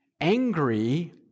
angry